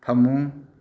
ꯐꯃꯨꯡ